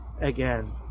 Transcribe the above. again